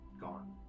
gone